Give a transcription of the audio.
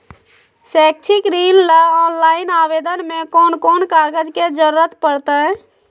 शैक्षिक ऋण ला ऑनलाइन आवेदन में कौन कौन कागज के ज़रूरत पड़तई?